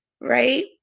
right